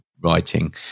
writing